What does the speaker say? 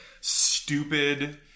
stupid